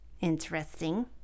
interesting